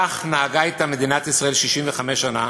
כך נהגה אתם מדינת ישראל 65 שנה,